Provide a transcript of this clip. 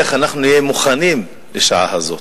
איך אנחנו נהיה מוכנים לשעה הזאת.